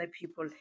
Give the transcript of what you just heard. people